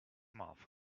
mouth